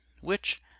which—